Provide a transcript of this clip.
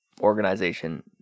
organization